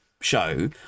show